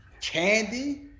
Candy